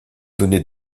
donné